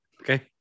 Okay